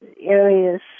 Areas